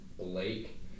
blake